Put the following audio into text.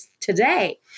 today